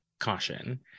caution